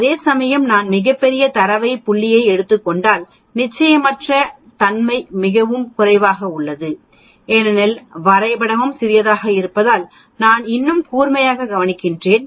அதேசமயம் நான் மிகப் பெரிய தரவு புள்ளியை எடுத்துக் கொண்டால் நிச்சயமற்ற தன்மை மிகவும் குறைவாக உள்ளது ஏனெனில் வரைபடமும் சிறியதாக இருப்பதால் நான் இன்னும் கூர்மையாக கவனிக்கிறேன்